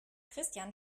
christian